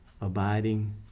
abiding